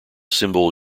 symbol